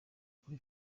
kuri